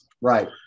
Right